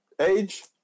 age